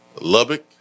Lubbock